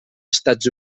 estats